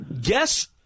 guess